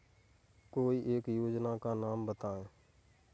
कोई एक योजना का नाम बताएँ?